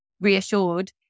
reassured